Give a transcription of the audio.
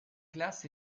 classe